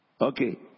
Okay